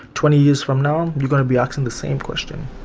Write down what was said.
twenty years from now you're going to be asking the same question.